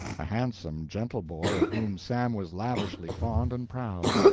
a handsome, gentle boy of whom sam was lavishly fond and proud.